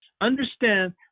Understand